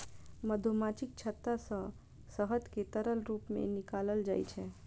मधुमाछीक छत्ता सं शहद कें तरल रूप मे निकालल जाइ छै